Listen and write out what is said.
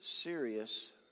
serious